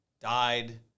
died